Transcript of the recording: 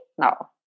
No